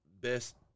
best